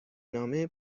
نامه